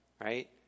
right